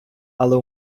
але